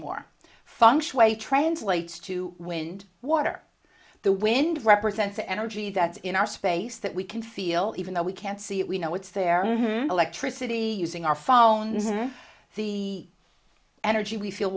more functionally a translates to wind water the wind represents the energy that's in our space that we can feel even though we can't see it we know it's there electricity using our phones or the energy we feel